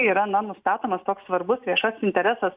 yra na nustatomas toks svarbus viešas interesas